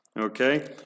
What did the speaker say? Okay